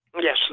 Yes